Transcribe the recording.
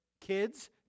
kids